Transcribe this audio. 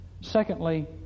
Secondly